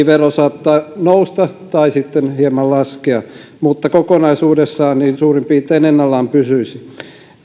vero saattaa nousta tai sitten hieman laskea mutta kokonaisuudessaan suurin piirtein ennallaan pysyisi